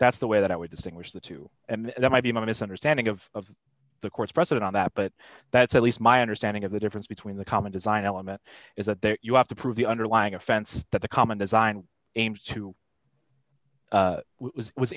that's the way that would distinguish the two and that might be a misunderstanding of the court's precedent on that but that's at least my understanding of the difference between the common design element is that that you have to prove the underlying offense that the common design aims to was was